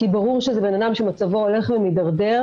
כי ברור שזה אדם שמצבו הולך ומידרדר,